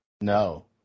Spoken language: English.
No